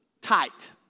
tight